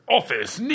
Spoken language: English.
Office